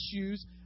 issues